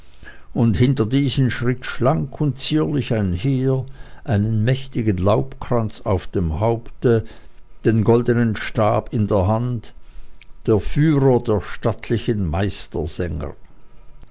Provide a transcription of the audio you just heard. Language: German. und hinter diesen schritt schlank und zierlich einher einen mächtigen laubkranz auf dem haupte den goldenen stab in der hand der führer der stattlichen